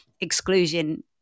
exclusion